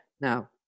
now